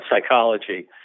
psychology